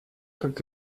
как